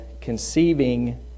conceiving